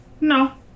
No